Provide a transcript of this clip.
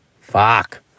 Fuck